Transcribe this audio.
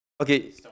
Okay